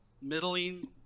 middling